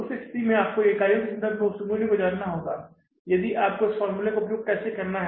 उस स्थिति में आपको इकाइयों के संदर्भ में उस मूल्य को जानना होगा इसलिए आपको इस फॉर्मूले का उपयोग कैसे करना है